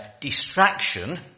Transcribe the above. distraction